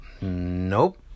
Nope